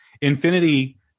Infinity